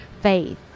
faith